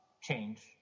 change